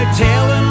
telling